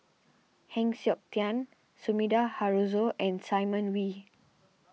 Heng Siok Tian Sumida Haruzo and Simon Wee